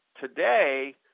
Today